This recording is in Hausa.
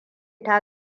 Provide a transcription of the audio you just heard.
ta